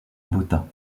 botha